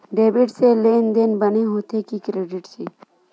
Debit से लेनदेन बने होथे कि क्रेडिट से?